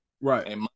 Right